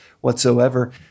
whatsoever